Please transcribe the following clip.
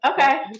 Okay